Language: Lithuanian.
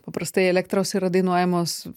paprastai elektros yra dainuojamos